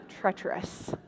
treacherous